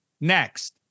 Next